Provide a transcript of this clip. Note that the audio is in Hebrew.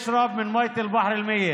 שישתה את המים של ים המלח.